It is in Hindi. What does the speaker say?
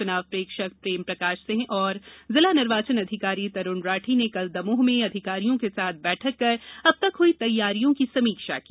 चुनाव प्रेक्षक प्रेमप्रकाश सिंह और जिला निर्वाचन अधिकारी तरूण राठी ने कल दमोह में अधिकारियों के साथ बैठक कर अब तक हुई तैयारियों की समीक्षा की